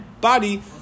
body